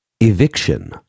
Eviction